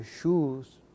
shoes